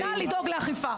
נא לדאוג לאכיפה.